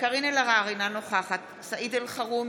קארין אלהרר, אינה נוכחת סעיד אלחרומי,